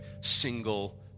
single